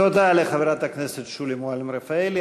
תודה לחברת הכנסת שולי מועלם-רפאלי.